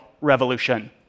revolution